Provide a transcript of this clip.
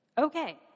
Okay